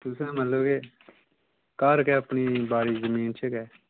तुसें मतलब क घर गै अपनी बाड़ी जमीन च गै